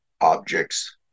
objects